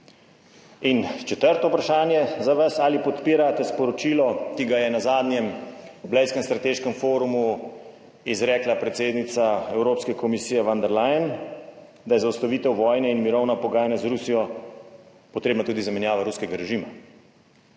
In četrto vprašanje za vas: ali podpirate sporočilo, ki ga je na zadnjem Blejskem strateškem forumu izrekla predsednica Evropske komisije von der Leyen, da je zaustavitev vojne in mirovna pogajanja z Rusijo potrebna tudi zamenjava ruskega režima?